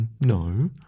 no